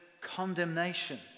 condemnation